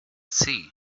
sea